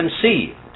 conceived